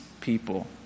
people